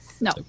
No